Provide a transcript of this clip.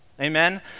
Amen